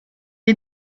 est